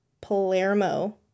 palermo